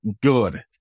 good